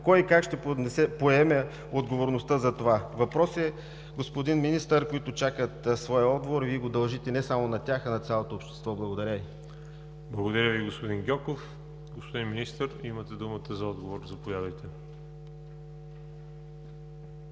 Кой и как ще поеме отговорността за това? Въпроси, господин Министър, които чакат своя отговор и Вие го дължите не само на тях, а на цялото общество. Благодаря Ви. ПРЕДСЕДАТЕЛ ВАЛЕРИ ЖАБЛЯНОВ: Благодаря Ви, господин Гьоков. Господин Министър, имате думата за отговор. Заповядайте.